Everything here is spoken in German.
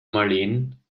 marleen